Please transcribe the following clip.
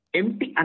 empty